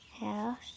house